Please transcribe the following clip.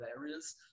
areas